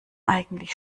eigentlich